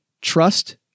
trust